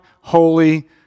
holy